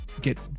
get